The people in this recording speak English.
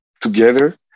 together